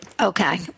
Okay